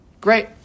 Great